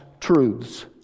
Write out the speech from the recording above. truths